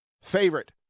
favorite